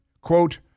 quote